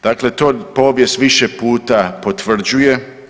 Dakle, to povijest više puta potvrđuje.